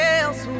else